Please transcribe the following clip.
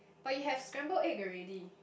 but you have scrambled egg already